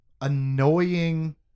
annoying